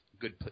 good